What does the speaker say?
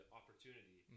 opportunity